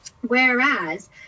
Whereas